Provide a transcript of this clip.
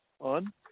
on